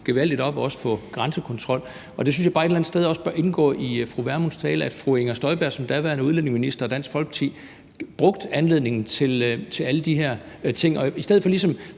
gevaldigt op, også med en grænsekontrol. Det synes jeg bare også et eller andet sted bør indgå i fru Pernille Vermunds tale, altså at fru Inger Støjberg som daværende udlændingeminister og Dansk Folkeparti brugte anledningen til at gennemføre alle de her ting. I stedet for ligesom